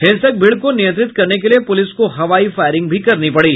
हिंसक भीड़ को नियंत्रित करने के लिए पुलिस को हवाई फायरिंग भी करनी पड़ी